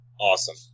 awesome